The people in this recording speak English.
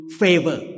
favor